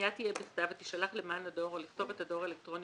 הפנייה תהיה בכתב ותישלח למען הדואר או לכתובת הדואר האלקטרוני